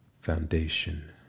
foundation